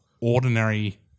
ordinary